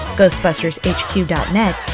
ghostbustershq.net